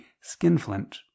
skinflint